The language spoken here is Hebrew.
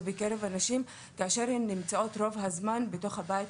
בקרב הנשים שנמצאות רוב הזמן בתוך הבית,